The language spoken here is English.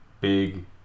big